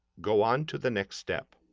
go on to the next step.